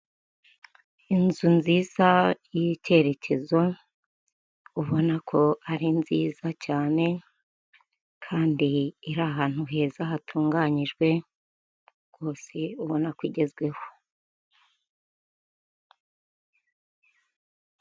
Kiyosike ya emutiyeni irafunguye hari umukiriya uri gusaba serivisi, abantu baratambuka mu muhanda hagati y'amazu, hejuru hari insinga zitwara umuriro w'amashanyarazi ziwujyana mu baturage.